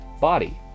body